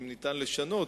אם ניתן לשנות,